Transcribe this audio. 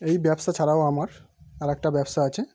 এই ব্যবসা ছাড়াও আমার আরেকটা ব্যবসা আছে